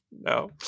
No